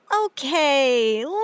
Okay